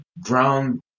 ground